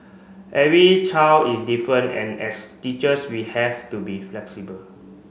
every child is different and as teachers we have to be flexible